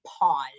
pause